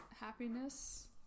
happiness